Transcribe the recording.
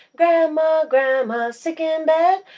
grandma, grandma, sick in bed.